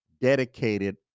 dedicated